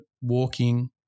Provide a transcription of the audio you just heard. walking